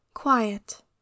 Quiet